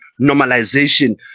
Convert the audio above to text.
normalization